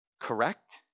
correct